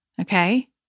Okay